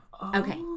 Okay